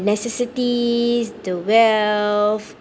necessities the wealth